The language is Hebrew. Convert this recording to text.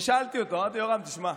ושאלתי אותו, אמרתי לו: רם תשמע,